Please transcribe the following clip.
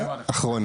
אחרונה.